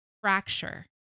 fracture